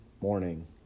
morning